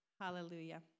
Hallelujah